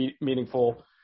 meaningful